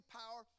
power